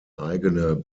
eigene